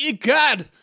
God